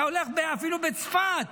אתה הולך אפילו בצפת,